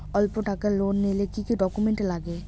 অল্প টাকার লোন নিলে কি কি ডকুমেন্ট লাগে?